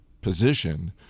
position